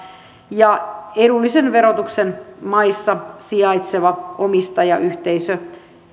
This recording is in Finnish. ja edullisen verotuksen maassa sijaitseva omistajayhteisö